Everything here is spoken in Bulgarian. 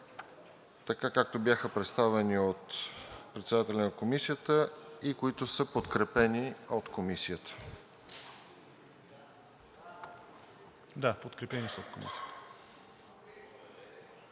както бяха представени от председателя на Комисията, и са подкрепени от Комисията.